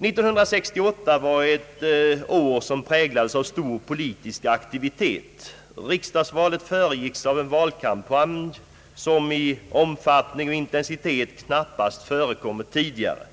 Året 1968 var ett år som präglades av stor politisk aktivitet. Riksdagsvalet föregicks av en valkampanj som i omfattning och intensitet knappast förekommit tidigare.